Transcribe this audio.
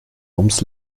ums